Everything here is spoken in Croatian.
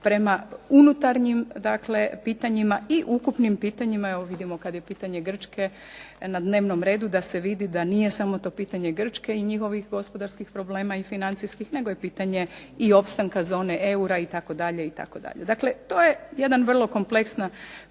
prema unutarnjim dakle pitanjima i ukupnim pitanjima evo vidimo kad je pitanje Grčke na dnevnom redu da se vidi da nije samo to pitanje Grčke i njihovih gospodarskih problema i financijskih, nego i pitanje i opstanka zone eura itd., itd. Dakle to je jedan vrlo kompleksna